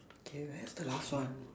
okay wait the last one